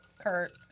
Kurt